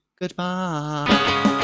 Goodbye